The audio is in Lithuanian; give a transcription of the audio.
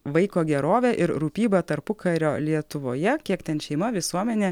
vaiko gerovę ir rūpybą tarpukario lietuvoje kiek ten šeima visuomenė